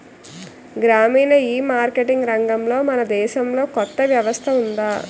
గ్రామీణ ఈమార్కెటింగ్ రంగంలో మన దేశంలో కొత్త వ్యవస్థ ఉందా?